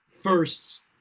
first